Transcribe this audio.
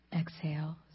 Exhale